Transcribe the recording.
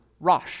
rosh